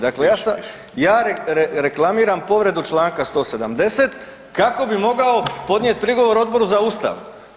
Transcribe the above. Dakle ja reklamiram povredu čl. 170. kako bi mogao podnijeti prigovor Odboru za Ustav.